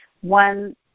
One